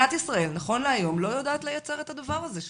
מדינת ישראל נכון להיום לא יודעת לייצר את הדבר הזה.